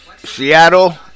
Seattle